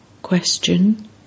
Question